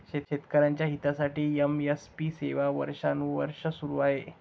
शेतकऱ्यांच्या हितासाठी एम.एस.पी सेवा वर्षानुवर्षे सुरू आहे